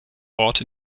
ort